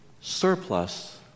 surplus